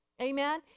Amen